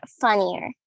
funnier